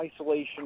isolation